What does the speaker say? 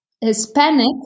Hispanic